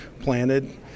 planted